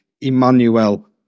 Emmanuel